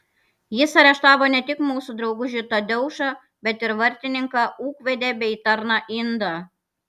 jis areštavo ne tik mūsų draugužį tadeušą bet ir vartininką ūkvedę bei tarną indą